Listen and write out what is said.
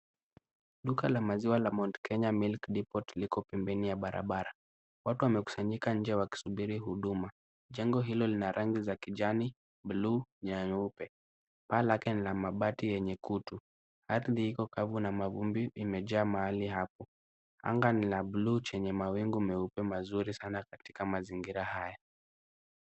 Duka la maziwa la Mount Kenya Milk Depot liko pembeni ya barabara. Watu wamekusanyika nje wakisubiri huduma. Jengo hilo lina rangi za kijani, buluu na nyeupe. Paa lake ni la mabati yenye kutu. Ardhi iko kavu na mavumbi imejaa mahali hapo. Anga ni la buluu chenye mawingu meupe mazuri sana katika mazingira haya.